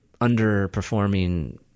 underperforming